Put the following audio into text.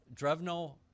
Drevno